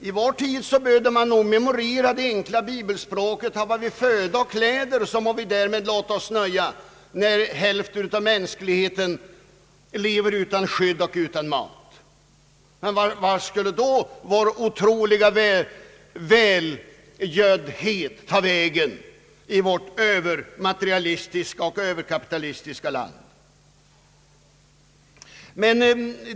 I vår tid behöver man nog memorera det enkla bibelspråket: »Hava vi föda och kläder, må vi därmed låta oss nöja», när hälften av mänskligheten lever utan skydd och utan mat. Vart skulle då vår otroliga välgöddhet ta vägen i vårt övermaterialistiska och överkapitalistiska land?